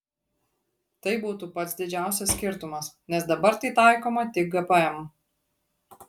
tai būtų pats didžiausias skirtumas nes dabar tai taikoma tik gpm